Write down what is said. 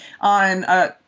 on